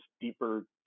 deeper